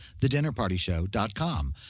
thedinnerpartyshow.com